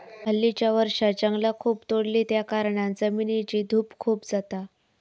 हल्लीच्या वर्षांत जंगला खूप तोडली त्याकारणान जमिनीची धूप खूप जाता